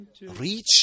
reach